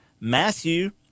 Matthew